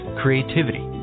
creativity